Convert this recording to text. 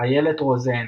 איילת רוזן,